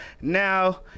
Now